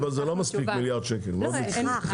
אבל מיליארד שקלים זה לא מספיק, אני מאוד מצטער.